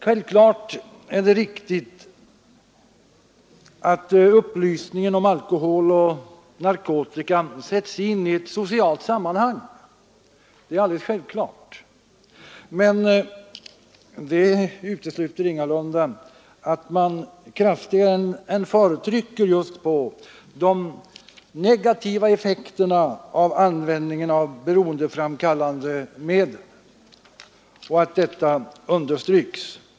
Självklart är det riktigt att upplysningen om alkohol och narkotika sätts in i ett socialt sammanhang, men detta utesluter ingalunda att det understryks att man kraftigare än förr bör trycka just på de negativa effekterna av användningen av beroendeframkallande medel.